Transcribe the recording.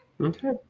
Okay